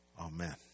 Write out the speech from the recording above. Amen